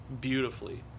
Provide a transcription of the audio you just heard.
beautifully